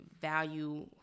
value